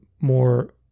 more